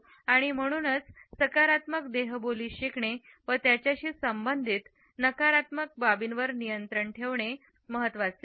आणि म्हणूनच सकारात्मक देहबोली शिकणे आणि त्याच्याशी संबंधित नकारात्मक बाबींवर नियंत्रण ठेवणे महत्वाचे आहे